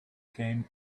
came